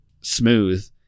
smooth